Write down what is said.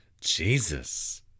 Jesus